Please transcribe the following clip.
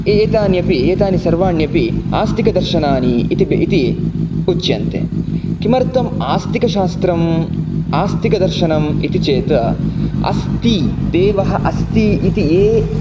एतान्यपि एतानि सर्वाण्यपि आस्तिकदर्शनानि इति उच्यन्ते किमर्थम् आस्तिकशास्त्रम् आस्तिकदर्शनम् इति चेत् अस्ति देवः अस्ति इति ये